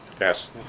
Yes